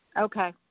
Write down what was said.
okay